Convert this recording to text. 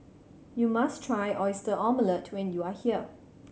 you must try Oyster Omelette when you are here